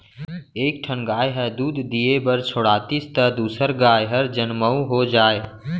एक ठन गाय ह दूद दिये बर छोड़ातिस त दूसर गाय हर जनमउ हो जाए